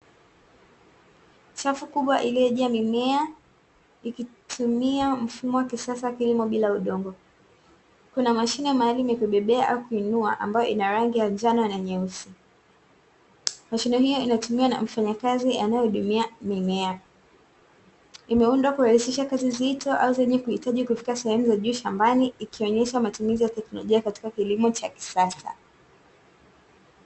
Chafu kubwa iliyojaa mimea ikitumia mfumo wa kisasa kilimo bila udongo. Kuna mashine mahali ya kubebea au kuinua ambayo ina rangi ya njano na nyeusi. Mashine hiyo inatumiwa na mfanyakazi anayehudumia mimea, imeundwa kurahisisha kazi nzito au zenye kuhitaji kufika sehemu za juu shambani ikionyesha matumizi ya teknolojia katika kilimo cha kisasa.